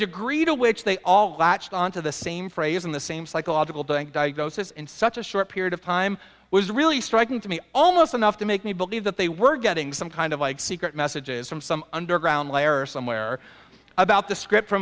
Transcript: degree to which they all latched onto the same phrase in the same psychological doing diagnosis in such a short period of time was really striking to me almost enough to make me believe that they were getting some kind of like secret messages from some underground lair or somewhere about the script f